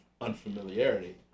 unfamiliarity